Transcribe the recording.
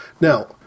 Now